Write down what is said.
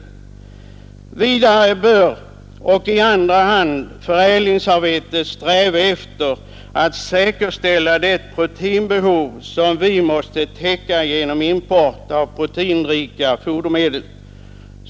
Men vidare och i andra hand bör förädlingsarbetet sträva efter att söka tillfredsställa det proteinbehov som vi måste täcka genom import av proteinrika fodermedel.